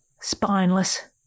Spineless